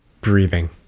breathing